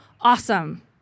awesome